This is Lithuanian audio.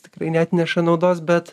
tikrai neatneša naudos bet